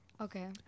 Okay